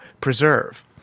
preserve